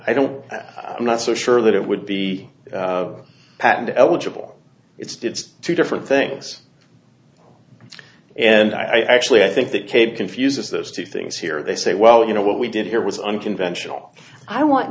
i don't i'm not so sure that it would be patented eligible it's two different things and i actually i think the cape confuses those two things here they say well you know what we did here was unconventional i want